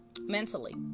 mentally